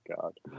God